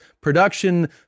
production